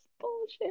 bullshit